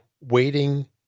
waiting